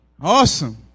Awesome